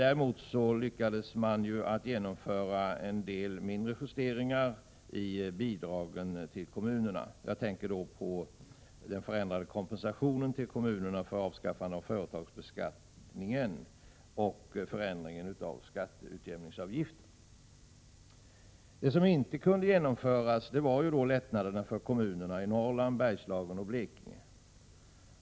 Däremot lyckades man genomföra en del mindre justeringar när det gäller bidragen till kommunerna. Jag tänker på den förändrade kompensationen till kommunerna för avskaffande av företagsbeskattningen och förändringen av skatteutjämningsavgiften. Vad som inte kunde genomföras var lättnader för kommunerna i Norrland, Bergslagen och Blekinge.